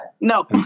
No